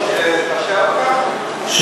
מפחד שהיושבת-ראש תשעה אותך?